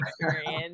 experience